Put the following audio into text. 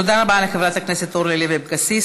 תודה רבה לחברת הכנסת אורלי לוי אבקסיס.